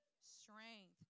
strength